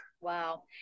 Wow